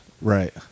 right